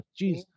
Jeez